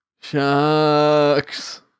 Shucks